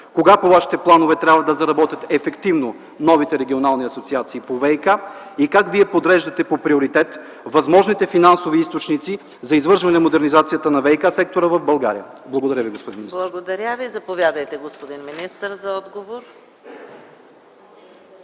Кога по Вашите планове трябва да заработят ефективно новите регионални асоциации по ВиК и как Вие подреждате по приоритет възможните финансови източници за извършване на модернизацията на ВиК-сектора в България? Благодаря Ви, господин министър. ПРЕДСЕДАТЕЛ ЕКАТЕРИНА МИХАЙЛОВА: Благодаря